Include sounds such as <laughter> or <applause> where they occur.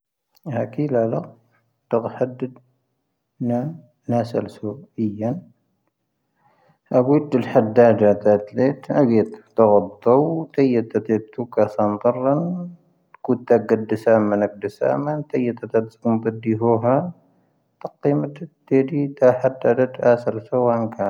ⴰⴽⵉ ⵍⴰⵍⴰⴽ, ⵜⴰⴳ-ⵀⴰⴷⴷ ⵏ'ⴰ ⴰⵙⴰⵍ ⵙⵓ ⵉⵢⴰⵏ. ⴰⴱⵡⵉⵜ ⴷ'ⵉⵍ ⵀⴰⴷⴷ ⴰⴰⴷ ⴰⴰⴷ ⴰⴰⴷ <unitelligent> ⵍⴻⵜ, ⴰⴳⵉⵜ ⴼⵜⴰⵡⴰⴷ ⴷⴰⵡ, ⵜⵢⴰⴷ ⵜⴰⴷ ⵉⵢⴰⴷ ⵜⵓⴽⴰⵙⴰⵏ ⵜⴰⵔⵔⴰⵏ,. ⴽⵓⵜⴷⴰⴳⴳⴰⴷ ⴷⵉⵙⴰⵎⴰⵏ ⴰⴳⴷ ⴷⵉⵙⴰⵎⴰⵏ, ⵜⵢⴰⴷ ⵜⴰⴷⵣ ⵎⴱⴰⴷⴷⵉ ⵀoⵀⴰ, ⵜⴰⵇⵉⵎⴰⴷ ⵜⴰⴷ ⵜⴰⴷⵉ, ⵜⴰ ⵀⴰⴷⴷ ⴰⴰⴷ ⴰⵜ ⴰⵙⴰⵍ ⵙⵓ ⴰⵏⴽⴰ.